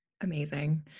Amazing